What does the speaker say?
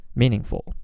meaningful